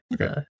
Okay